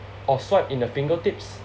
or swipe in the fingertips